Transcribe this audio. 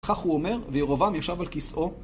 כך הוא אומר, וירובעם ישב על כסאו.